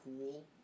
cool